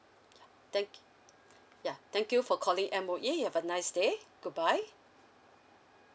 thank yeah thank you for calling M_O_E you have a nice day good bye